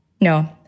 No